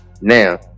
Now